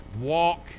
walk